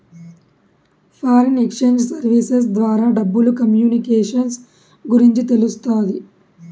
foreign exchange services ద్వారా డబ్బులు communications గురించి తెలుస్తాది